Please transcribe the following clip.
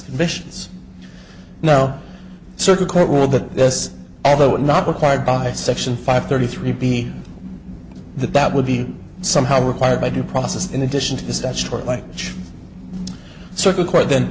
missions now circuit court ruled that this although not required by section five thirty three b that that would be somehow required by due process in addition to is that short like circuit court then